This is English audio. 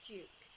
Duke